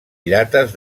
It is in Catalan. llates